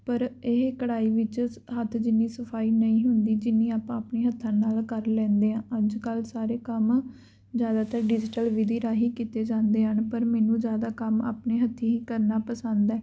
ਪਰ ਇਹ ਕਢਾਈ ਵਿੱਚ ਹੱਥ ਜਿੰਨੀ ਸਫਾਈ ਨਹੀਂ ਹੁੰਦੀ ਜਿੰਨੀ ਆਪਾਂ ਆਪਣੇ ਹੱਥਾਂ ਨਾਲ ਕਰ ਲੈਂਦੇ ਹਾਂ ਅੱਜ ਕੱਲ ਸਾਰੇ ਕੰਮ ਜ਼ਿਆਦਾਤਰ ਡਿਜਟਲ ਵਿਧੀ ਰਾਹੀਂ ਕੀਤੇ ਜਾਂਦੇ ਹਨ ਪਰ ਮੈਨੂੰ ਜ਼ਿਆਦਾ ਕੰਮ ਆਪਣੇ ਹੱਥੀਂ ਹੀ ਕਰਨਾ ਪਸੰਦ ਹੈ